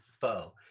foe